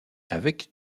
avec